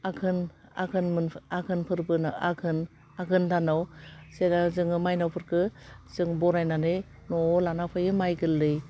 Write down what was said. आघोन आघोन मोन आघोन फोरबो आघोन आघोन दानाव जेला जोङो मायनावफोरखो जों बरायनानै न'वाव लाना फैयो माय गोरलै